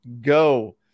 go